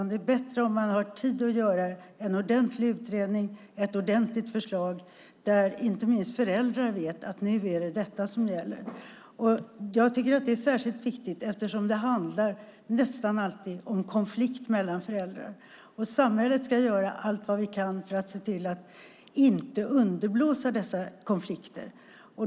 Det är bättre om man har tid att göra en ordentlig utredning och komma med ett ordentligt förslag så att inte minst föräldrar vet vad som gäller. Jag tycker att det är särskilt viktigt eftersom det nästan alltid handlar om konflikt mellan föräldrar. Samhället ska göra allt för att se till att inte underblåsa dessa konflikter.